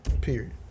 Period